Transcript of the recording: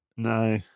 No